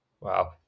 Wow